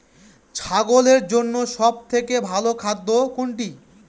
ছাগলের জন্য সব থেকে ভালো খাদ্য কোনটি?